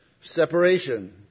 Separation